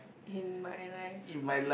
in my life